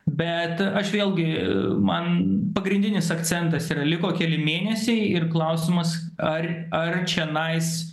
bet aš vėlgi man pagrindinis akcentas yra liko keli mėnesiai ir klausimas ar ar čianais